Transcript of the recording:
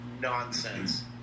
nonsense